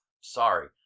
sorry